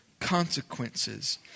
consequences